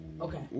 Okay